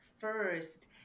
first